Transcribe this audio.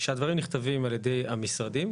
שהדברים נכתבים על ידי המשרדים,